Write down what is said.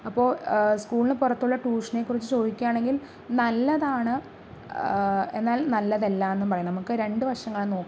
അപ്പോൾ സ്കൂളിന് പുറത്തുള്ള ട്യൂഷനെക്കുറിച്ച് ചോദിക്കുകയാണെങ്കിൽ നല്ലതാണ് എന്നാൽ നല്ലതല്ലായെന്നും പറയും നമുക്ക് രണ്ട് വശങ്ങളും നോക്കാം